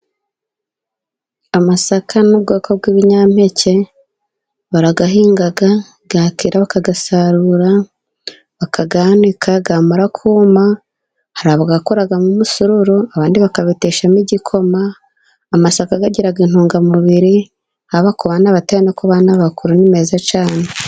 Amasaka n'ubwoko bw'ibinyampeke barayahinga yakwera bakayasarura bakayanika yamara kuma hari aba yakoramo umusururu abandi bakayabeshamo igikoma, amasaka agira intungamubiri haba bakubana no kubantu bakuru nimeze cyane.